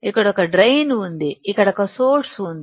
ఇక్కడ ఒక డ్రైన్ ఉంది ఇక్కడ ఒక సోర్స్ ఉంది